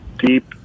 Deep